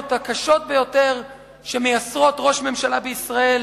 הקשות ביותר שמייסרות ראש ממשלה בישראל